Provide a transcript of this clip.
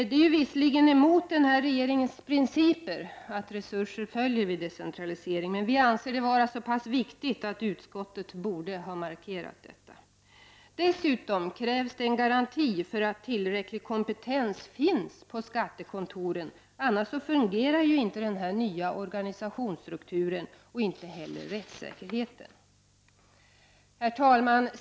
Det är visserligen emot regeringens principer att en decentralisering åtföljs av resurser, men vi anser det vara så pass viktigt att utskottet borde ha markerat detta. Dessutom krävs det en garanti för att tillräcklig kompetens finns på skattekontoren, annars fungerar inte den nya organisationsstrukturen och inte heller rättssäkerheten. Herr talman!